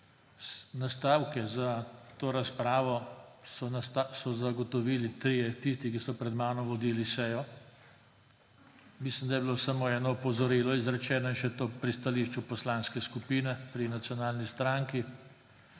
Nastavke za to razpravo so zagotovili tisti, ki so pred menoj vodili sejo. Mislim, da je bilo samo eno opozorilo izrečeno, in še to pri stališču poslanske skupine, pri Slovenski nacionalni stranki.